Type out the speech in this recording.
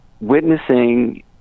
witnessing